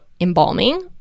embalming